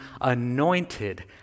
anointed